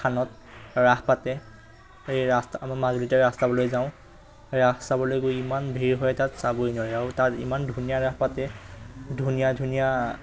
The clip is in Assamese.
স্থানত ৰাস পাতে এই ৰাস আমাৰ মাজুলীতে ৰাস চাবলৈ যাওঁ ৰাস চাবলৈ গৈ ইমান ভিৰ হয় তাত চাবই নোৱাৰি আৰু তাত ইমান ধুনীয়া ৰাস পাতে ধুনীয়া ধুনীয়া